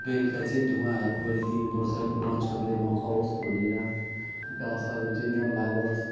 बेलुका चाहिँ धुँवाहरू गरिदिनु पर्छ मच्छरले नखाओस् भनेर डाँसहरू चाहिँ नलागोस्